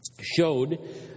showed